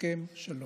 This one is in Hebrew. הסכם שלום.